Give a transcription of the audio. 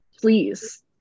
please